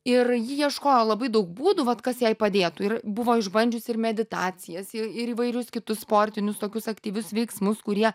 ir ji ieškojo labai daug būdų vat kas jai padėtų ir buvo išbandžiusi ir meditacijas ir įvairius kitus sportinius tokius aktyvius veiksmus kurie